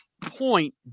point